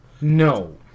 No